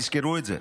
תזכרו את זה.